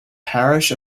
parish